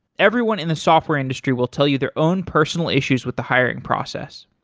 everyone in the software industry will tell you their own personal issues with the hiring process.